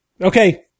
Okay